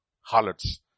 harlots